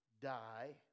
die